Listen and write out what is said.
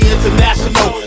International